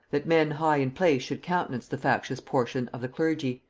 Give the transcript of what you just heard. that men high in place should countenance the factious portion of the clergy,